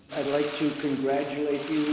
i'd like to congratulate